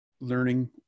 learning